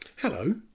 Hello